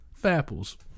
Fapples